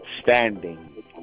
Standing